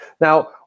Now